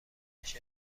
منتشر